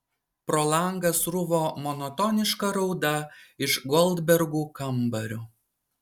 pro langą sruvo monotoniška rauda iš goldbergų kambario